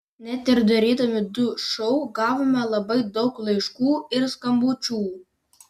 net ir darydami du šou gavome labai daug laiškų ir skambučių